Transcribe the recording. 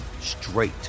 straight